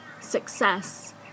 success